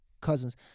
cousins